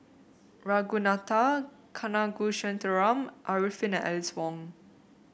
Ragunathar Kanagasuntheram Arifin and Alice Ong